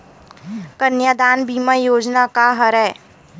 कन्यादान बीमा योजना का हरय?